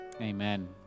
Amen